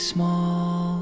Small